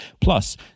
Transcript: Plus